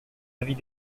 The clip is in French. avis